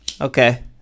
Okay